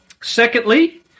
Secondly